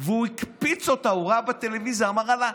והוא הקפיץ אותה, הוא ראה בטלוויזיה ואמר לה: